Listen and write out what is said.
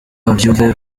babyumve